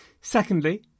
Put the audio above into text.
Secondly